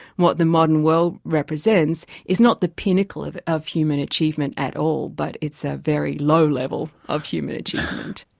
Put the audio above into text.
what the modern world represents is not the pinnacle of of human achievement at all, but it's a very low level of human achievement.